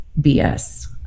BS